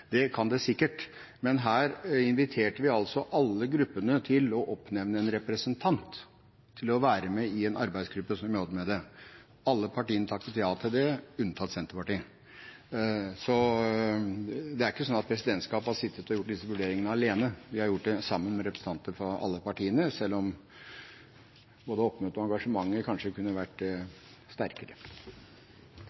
Det kan den sikkert, men her inviterte vi altså alle gruppene til å oppnevne en representant til å være med i en arbeidsgruppe som jobber med dette. Alle partiene takket ja til det, unntatt Senterpartiet. Så det er ikke sånn at presidentskapet har sittet og gjort disse vurderingene alene, vi har gjort det sammen med representanter fra alle partiene, selv om både oppmøtet og engasjementet kanskje kunne ha vært